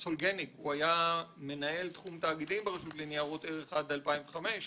שהיה מנהל תחום תאגידים ברשות לניירות ערך עד 2005,